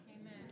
Amen